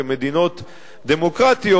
כמדינות דמוקרטיות,